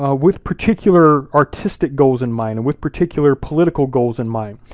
ah with particular artistic goals in mind, and with particular political goals in mind.